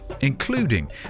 including